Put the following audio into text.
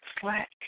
slack